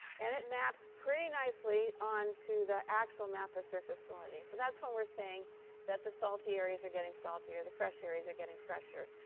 and it maps pretty nicely onto the actual map of surface salinity. so that's when we're saying that the salty areas are getting saltier, the fresh areas are getting fresher.